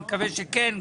אני מקווה שכן.